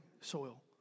soil